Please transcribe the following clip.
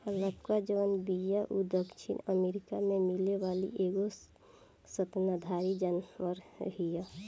alpaca जवन बिया उ दक्षिणी अमेरिका में मिले वाली एगो स्तनधारी जानवर हिय